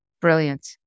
Brilliant